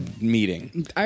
meeting